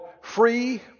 Free